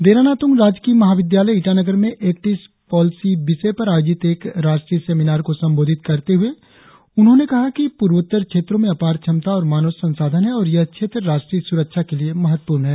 देरा नातुंग राजकीय महा विद्यालय ईटानगर में एक्ट ईस्ट पालिसी विषय पर आयोजित एक राष्ट्रीय सेमिनार को संबोधित करते हुए उन्होंने कहा कि पूर्वोत्तर क्षेत्रो में अपार क्षमता और मानव संसाधन है और यह क्षेत्र राष्ट्रीय सुरक्षा के लिए महत्वपूर्ण है